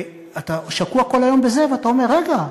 ואתה שקוע כל היום בזה, ואתה אומר: רגע.